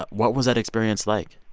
what was that experience like?